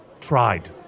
tried